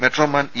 metro man E